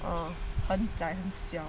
ah 很窄很小